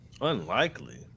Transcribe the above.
Unlikely